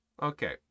okay